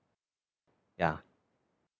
ya